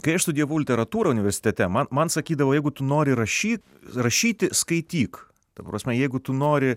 kai aš studijavau literatūrą universitete man man sakydavo jeigu tu nori rašyt rašyti skaityk ta prasme jeigu tu nori